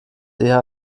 eher